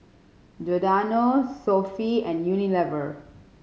Giordano Sofy and Unilever